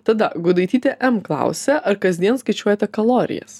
tada gudaitytė em klausia ar kasdien skaičiuojate kalorijas